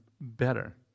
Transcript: better